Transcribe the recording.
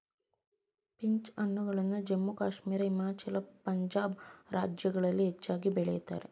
peach ಹಣ್ಣುಗಳು ಜಮ್ಮು ಕಾಶ್ಮೀರ, ಹಿಮಾಚಲ, ಪಂಜಾಬ್ ರಾಜ್ಯಗಳಲ್ಲಿ ಹೆಚ್ಚಾಗಿ ಬೆಳಿತರೆ